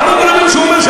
מה לכם ולהר-הבית?